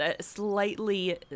slightly